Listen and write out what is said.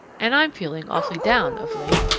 and i'm feeling awfully down of late.